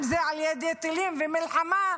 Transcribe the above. אם זה על ידי טילים ומלחמה.